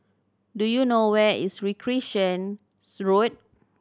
do you know where is Recreation Road